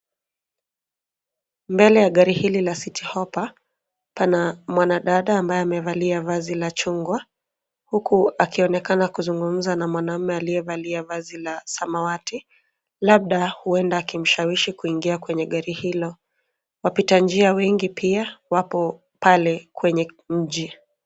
Mbele ya gari hili la Citi Hoppa , pana mwanadada ambaye amevalia vazi la chungwa huku akionekana kuzungumza na mwanamume aliyevalia vazi la samawati, labda huenda akimshawishi kuingia kwenye gari hilo. Wapita njia wengi pia wapo pale kwenye mji.